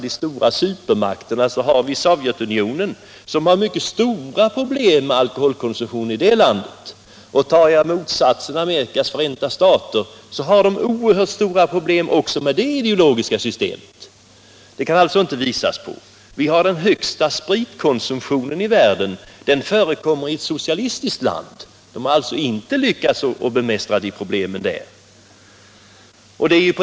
De båda supermakterna USA och Sovjetunionen exempelvis, med sina olika ideologiska system, har oerhört stora problem med alkoholkonsumtionen. Den högsta spritkonsumtionen i världen förekommer i ett socialistiskt land.